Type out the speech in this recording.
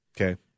Okay